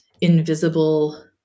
invisible